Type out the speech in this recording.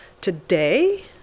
Today